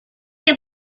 que